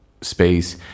space